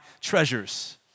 treasures